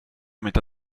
metà